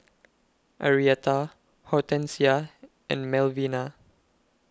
Arietta Hortensia and Melvina